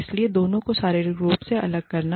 इसलिए दोनों को शारीरिक रूप से अलग करना